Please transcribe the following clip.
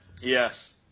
Yes